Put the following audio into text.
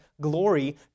glory